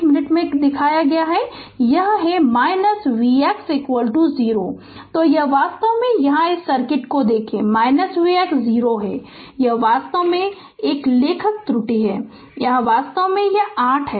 Refer Slide Time 2517 तो यह वास्तव में यहाँ इस सर्किट को देखें Vx 0 है यह वास्तव में 1 एक लेखन त्रुटि है यहाँ वास्तव में यह 8 है